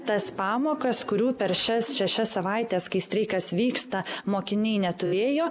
tas pamokas kurių per šias šešias savaites kai streikas vyksta mokiniai neturėjo